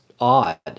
odd